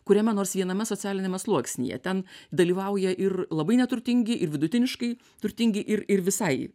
kuriame nors viename socialiniame sluoksnyje ten dalyvauja ir labai neturtingi ir vidutiniškai turtingi ir ir visai